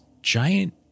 giant